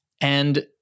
And-